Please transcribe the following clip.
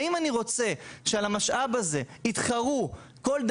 האם אני רוצה שעל המשאב הזה יתחרו כל ---